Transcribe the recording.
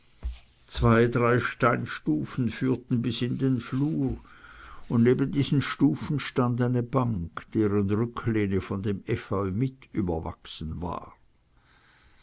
zwei drei steinstufen führten bis in den flur und neben diesen stufen stand eine bank deren rücklehne von dem efeu mit überwachsen war